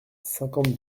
cinquante